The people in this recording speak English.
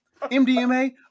MDMA